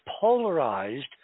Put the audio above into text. polarized